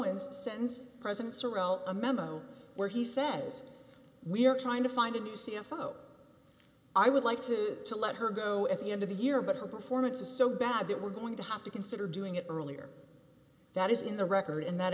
sends presents or wrote a memo where he says we are trying to find a new c f o i would like to to let her go at the end of the year but her performance is so bad that we're going to have to consider doing it earlier that is in the record and that